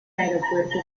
aeropuerto